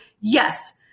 yes